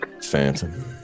Phantom